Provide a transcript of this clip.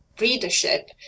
readership